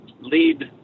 lead